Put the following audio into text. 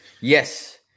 Yes